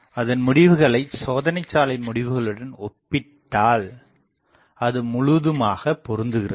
அதன்முடிவுகளைச் சோதனைச்சாலை முடிவுகளுடன் ஒப்பிடால் அது முழுதுமாகப் பொருந்துகிறது